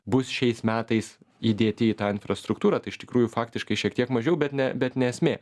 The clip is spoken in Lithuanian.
bus šiais metais įdėti į tą infrastruktūrą tai iš tikrųjų faktiškai šiek tiek mažiau bet ne bet ne esmė